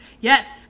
yes